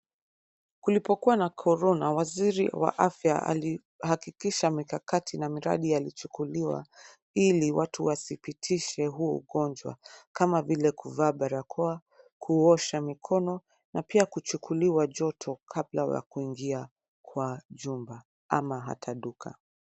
Kulipokuwa na Korona, Waziri wa Afya alihakikisha mikakati na miradi yalichukuliwa ili watu wasipitishe huo ugonjwa , kama vile kuvaa barakoa, kuosha mikono na pia kuchukuliwa joto kabla ya kuingia kwa jumba ama hata duka.